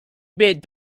bit